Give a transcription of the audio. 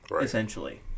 essentially